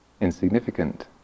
insignificant